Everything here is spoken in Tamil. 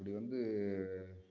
அப்படி வந்து